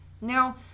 Now